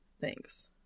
thanks